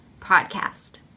podcast